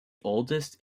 oldest